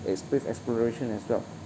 and space exploration as well